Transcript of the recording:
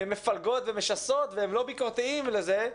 מפלגות ומשסעות והם לא ביקורתיים לזה.